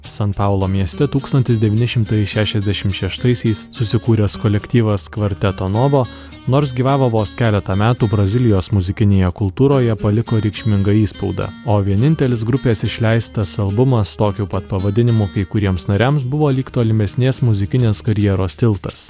san paulo mieste tūkstantis devyni šimtai šešiasdešim šeštaisiais susikūręs kolektyvas kvarteto novo nors gyvavo vos keletą metų brazilijos muzikinėje kultūroje paliko reikšmingą įspaudą o vienintelis grupės išleistas albumas tokiu pat pavadinimu kai kuriems nariams buvo lyg tolimesnės muzikinės karjeros tiltas